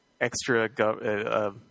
extra